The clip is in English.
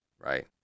Right